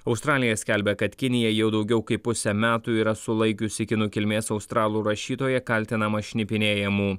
australija skelbia kad kinija jau daugiau kaip pusę metų yra sulaikiusi kinų kilmės australų rašytoją kaltinamą šnipinėjimu